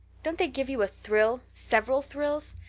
don't they give you a thrill several thrills?